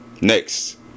Next